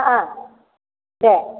अ दे